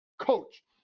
coach